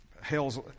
hell's